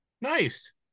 Nice